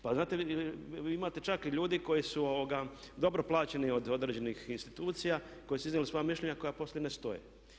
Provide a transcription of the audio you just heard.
Pa imate čak ljudi koji su dobro plaćeni od određenih institucija, koji su iznijeli svoja mišljenja koja poslije ne stoje.